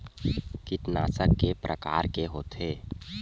कीटनाशक के प्रकार के होथे?